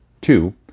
two